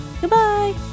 Goodbye